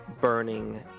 burning